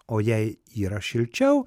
o jei yra šilčiau